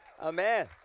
amen